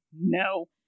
No